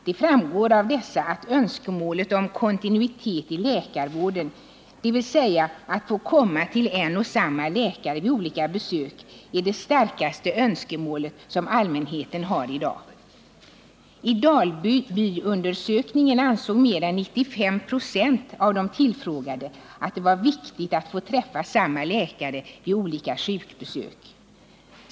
Det framgår av dessa att önskemålet om kontinuitet i läkarvården, dvs. att få komma till en och samma läkare vid olika besök, är det starkaste önskemålet i fråga om vården som allmänheten har i dag. I Dalbyundersökningen redovisades t.ex. att mer än 95 96 av de tillfrågade ansåg att det var viktigt att få träffa samma läkare vid olika sjukbesök.